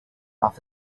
off